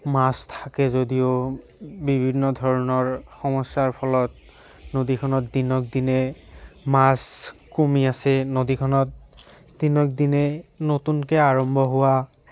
মাছ থাকে যদিও বিভিন্ন ধৰণৰ সমস্যাৰ ফলত নদীখনত দিনক দিনে মাছ কমি আছে নদীখনত দিনক দিনে নতুনকে আৰম্ভ হোৱা